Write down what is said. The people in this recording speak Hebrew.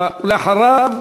אחריו,